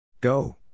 Go